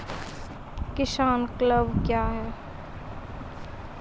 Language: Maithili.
किसान क्लब क्या हैं?